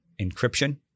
encryption